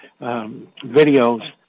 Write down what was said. videos